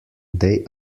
they